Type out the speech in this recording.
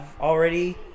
already